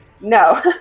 No